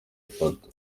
ifoto